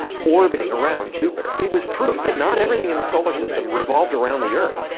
orbiting around jupiter. it was proof that not everything in the solar system revolved around the earth.